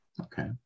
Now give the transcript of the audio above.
Okay